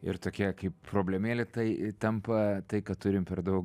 ir tokia kaip problemėlė tai tampa tai kad turim per daug